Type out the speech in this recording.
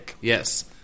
Yes